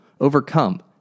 overcome